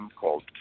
called